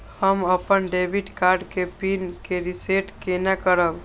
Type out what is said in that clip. हम अपन debit card के पिन के रीसेट केना करब?